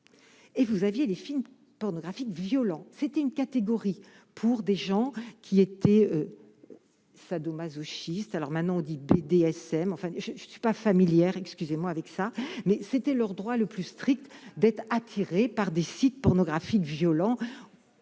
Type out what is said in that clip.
et vous aviez des films pornographiques, violents, c'était une catégorie pour des gens qui étaient sadomasochiste, alors maintenant, dit DDSM enfin, je ne suis pas familière : excusez-moi, avec ça, mais c'était leur droit le plus strict, d'être attirés par des sites pornographiques, violents,